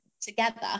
together